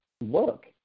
look